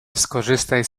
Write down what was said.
skorzystaj